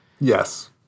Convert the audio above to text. Yes